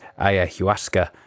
Ayahuasca